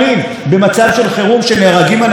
כשנהרגים אנשים כל יום.